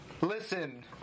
listen